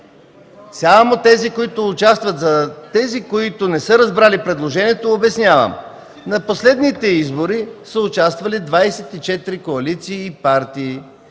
За тези, които не са разбрали предложението, обяснявам: на последните избори са участвали 24 коалиции и партии